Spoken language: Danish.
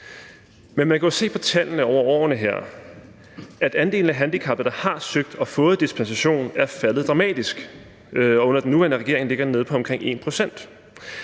Men man kan jo se på tallene over årene her, at andelen af handicappede, der har søgt og fået dispensationen, er faldet dramatisk. Under den nuværende regering ligger den nede på omkring 1 pct.